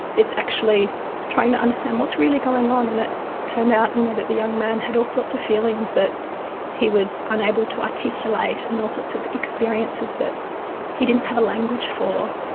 it's actually trying to understand what's really going on. and it turned out you know that the young man had all sorts of feelings that he was unable to articulate, and all sorts of experiences that he didn't have a language for.